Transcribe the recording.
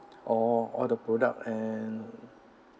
all all the product and